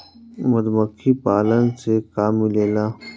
मधुमखी पालन से का मिलेला?